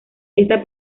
esta